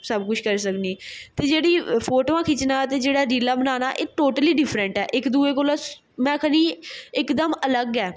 सब कुछ करी सकनीं ते जेह्ड़ी फोटुआं खिच्चना ते जेह्ड़ा रीलां बनाना एह् टोटली डिफरैंट ऐ इक दुए कोला में आखा नीं इकदम अलग ऐ